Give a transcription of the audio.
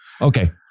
Okay